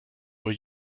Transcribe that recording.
were